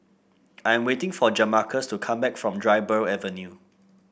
I am waiting for Jamarcus to come back from Dryburgh Avenue